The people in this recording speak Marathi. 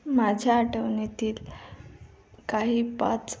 माझ्या आठवणीतील काही पाच